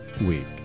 week